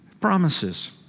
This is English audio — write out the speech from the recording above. promises